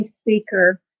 speaker